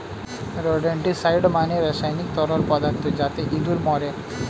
rodenticide মানে রাসায়নিক তরল পদার্থ যাতে ইঁদুর মরে